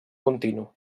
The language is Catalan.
continu